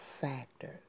factors